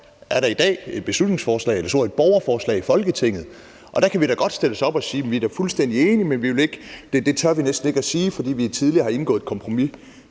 her del af aftalen er uhensigtsmæssig. Derfor er der i dag et borgerforslag i Folketinget, og der kan vi da godt stille os op og sige, at vi er fuldstændig enige, men det tør vi næsten ikke sige, fordi vi tidligere har indgået et kompromis,